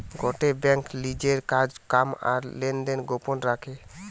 গটে বেঙ্ক লিজের কাজ কাম আর লেনদেন গোপন রাখে